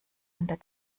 unter